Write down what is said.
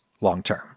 long-term